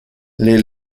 les